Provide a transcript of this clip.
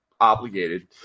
obligated